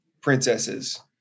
princesses